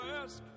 ask